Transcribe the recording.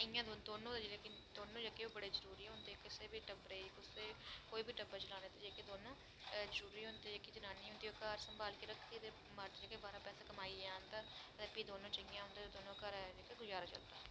इ'यां करियै दोनों जनें जेह्के टब्बरै ई जेह्के कोई बी टब्बर चलाने आस्तै जरूरी होंदे जेह्की जनानी होंदी ओह् घर संभालदी मर्द गै बाह्रा पैसे कमाइयै आह्नदा ऐ दोनों जेह्ड़े उं'दे घरै दा जेह्का गुजारा चलदा